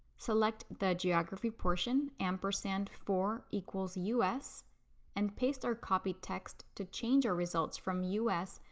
select the geography portion ampersand for equals us and paste our copied text to change our results from u s.